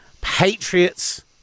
Patriots